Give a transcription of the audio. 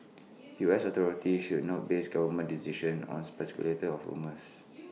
U S authorities should not base government decisions on speculation of rumours